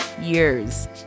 years